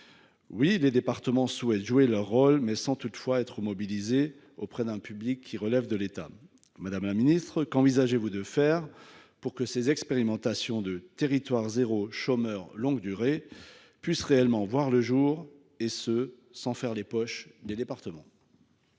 Oui, les départements souhaitent jouer leur rôle, mais sans être mobilisés auprès d'un public qui relève de l'État ! Madame la ministre, qu'envisagez-vous de faire pour ces expérimentations de « territoires zéro chômeur de longue durée » voient le jour, et cela sans faire les poches des départements ?